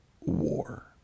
war